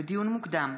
לדיון מוקדם,